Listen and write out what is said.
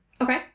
Okay